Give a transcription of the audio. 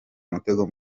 mutego